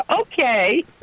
Okay